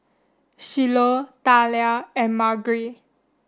Shiloh Thalia and Margery